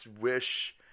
wish